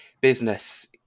business